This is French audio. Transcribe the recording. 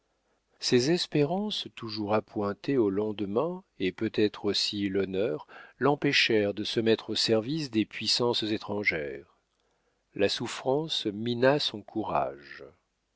ses espérances toujours appointées au lendemain et peut-être aussi l'honneur l'empêchèrent de se mettre au service des puissances étrangères la souffrance mina son courage